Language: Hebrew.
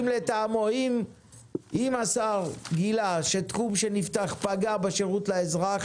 אם השר גילה שתחום שנפתח פגע בשירות לאזרח